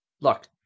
look